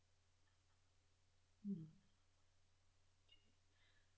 mm